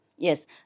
Yes